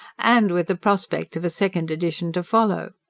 and with the prospect of a second edition to follow!